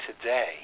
today